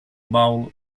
bowl